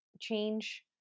change